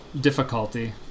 difficulty